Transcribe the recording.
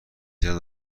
زیاد